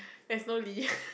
there's no lee